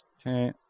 Okay